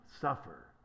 suffer